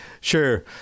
Sure